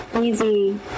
Easy